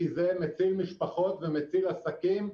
כי זה מציל משפחות ומציל עסקים,